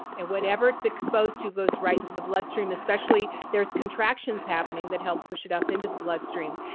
and whatever it's exposed to goes right into the bloodstream especially there is contractions happening that help push it up into the bloodstream.